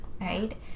right